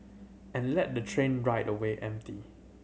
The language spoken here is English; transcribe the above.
and let the train ride away empty